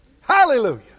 Hallelujah